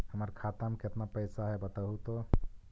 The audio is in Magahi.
हमर खाता में केतना पैसा है बतहू तो?